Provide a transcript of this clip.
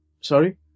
Sorry